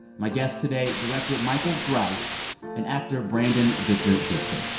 my guests today director michael greif and actor brandon victor dixon,